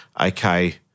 okay